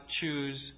choose